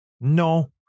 No